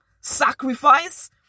sacrifice